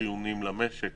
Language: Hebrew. החיוניים למשק,